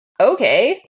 Okay